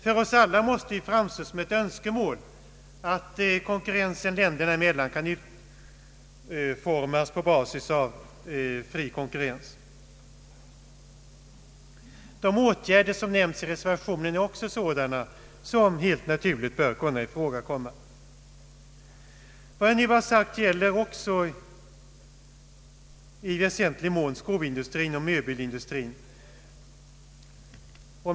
För oss alla måste det framstå som ett önskemål att konkurrensen länderna emellan kan utformas på basis av fri konkurrens. De åtgärder som nämns i reservationen är också sådana som helt naturligt bör kunna ifrågakomma. Vad jag nu har sagt gäller även i väsentlig mån skoindustrin och möbelindustrin.